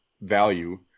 value